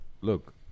look